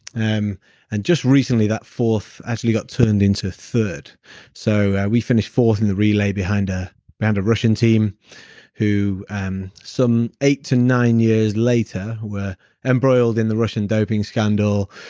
um and just recently, that fourth actually got turned into third so, we finished fourth in the relay behind the ah and russian team who, um some eight to nine years later, were embroiled in the russian doping scandal.